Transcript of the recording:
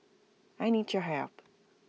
I need your help